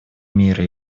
мира